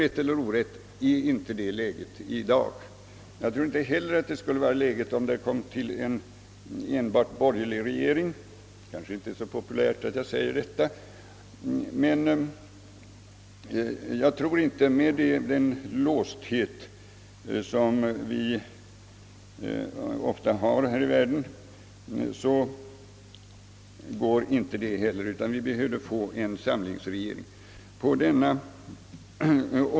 Detta senare är inte förhållandet i dag och det skulle inte heller vara fallet om vi fick en enbart borgerlig regering. Det är kanske inte så populärt att jag säger detta, men jag tror att med den låsthet vi ofta har skulle det inte bli så. Vi skulle i stället behöva en samlingsregering.